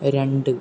രണ്ട്